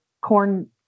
corn